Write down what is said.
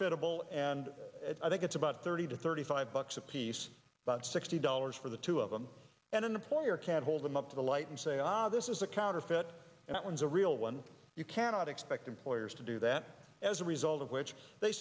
all and i think it's about thirty to thirty five bucks apiece about sixty dollars for the two of them and in the player can hold them up to the light and say ah this is a counterfeit and it was a real one you cannot expect employers to do that as a result of which they